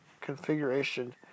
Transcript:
configuration